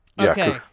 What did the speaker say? Okay